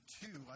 two